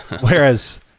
Whereas